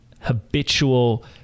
habitual